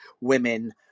women